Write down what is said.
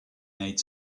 made